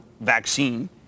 vaccine